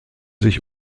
sich